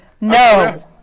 No